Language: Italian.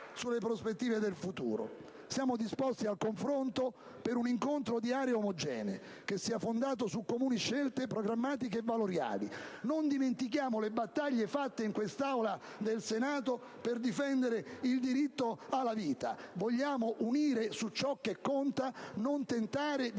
Siamo disposti al confronto per un incontro di aree omogenee che sia fondato su comuni scelte programmatiche e valoriali: non dimentichiamo le battaglie fatte in quest'Aula del Senato per difendere il diritto alla vita. Vogliamo unire su ciò che conta, e non tentare di